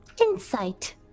Insight